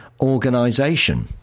organization